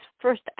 first